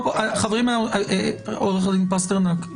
עורך דין פסטרנק,